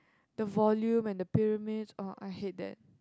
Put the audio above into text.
the volume and the pyramids orh I hate that